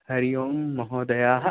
हरि ओम् महोदयाः